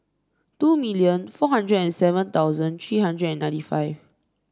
two million four hundred and seven thousand three hundred and ninety five